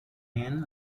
anne